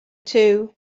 too